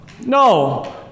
No